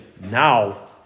now